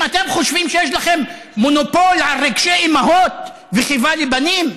אם אתם חושבים שיש לכם מונופול על רגשי אימהות וחיבה לבנים,